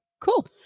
Cool